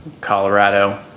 Colorado